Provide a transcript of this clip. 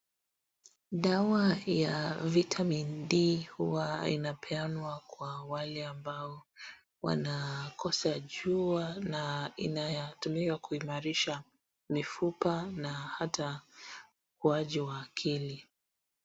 Dawa ya vitamin D huwa inapeanwa kwa wale ambao wanakosa jua na inatumiwa kuimarisha mifupa na hata ukuaji wa akili.